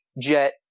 jet